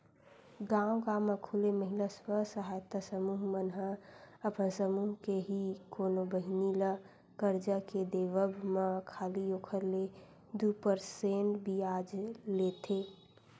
गांव गांव म खूले महिला स्व सहायता समूह मन ह अपन समूह के ही कोनो बहिनी ल करजा के देवब म खाली ओखर ले दू परसेंट बियाज लेथे